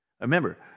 Remember